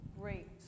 Great